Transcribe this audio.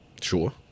Sure